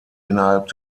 innerhalb